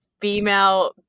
female